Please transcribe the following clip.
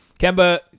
Kemba